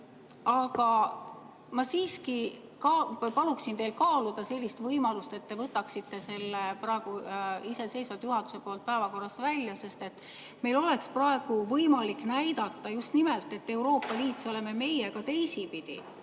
Ma siiski paluksin teil kaaluda sellist võimalust, et te võtaksite selle praegu iseseisvalt juhatuse nimel päevakorrast välja, sest meil oleks praegu võimalik näidata just nimelt, et Euroopa Liit, see oleme meie, ka teistpidi,